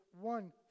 one